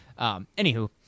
Anywho